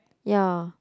ya